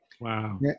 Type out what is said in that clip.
Wow